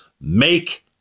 Make